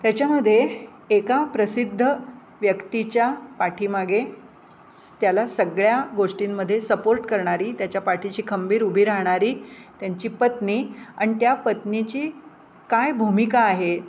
त्याच्यामध्ये एका प्रसिद्ध व्यक्तीच्या पाठीमागे त्याला सगळ्या गोष्टींमध्ये सपोर्ट करणारी त्याच्या पाठीशी खंबीर उभी राहणारी त्यांची पत्नी आणि त्या पत्नीची काय भूमिका आहे